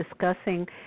discussing